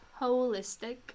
Holistic